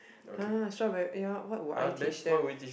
!huh! strawberry ya what will I teach them